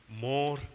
more